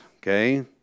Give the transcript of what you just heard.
Okay